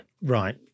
Right